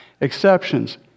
exceptions